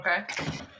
Okay